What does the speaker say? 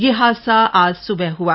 यह हादसा आज सुबह हआ